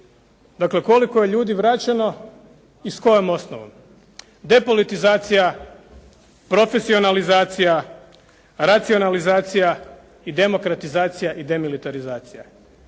Dakle, koliko je ljudi vraćeno i s kojom osnovom? Depolitizacija, profesionalizacija, racionalizacija i demokratizacija i demilitarizacija.